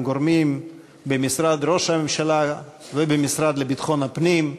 גורמים במשרד ראש הממשלה ובמשרד לביטחון הפנים,